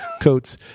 coats